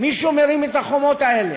מישהו מרים את החומות האלה.